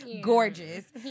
gorgeous